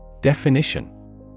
Definition